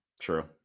true